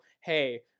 Hey